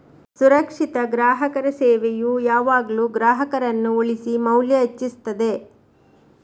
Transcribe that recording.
ಸುರಕ್ಷಿತ ಗ್ರಾಹಕರ ಸೇವೆಯು ಯಾವಾಗ್ಲೂ ಗ್ರಾಹಕರನ್ನ ಉಳಿಸಿ ಮೌಲ್ಯ ಹೆಚ್ಚಿಸ್ತದೆ